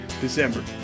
December